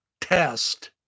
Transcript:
test